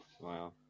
Wow